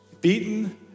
beaten